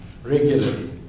regularly